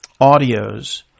audios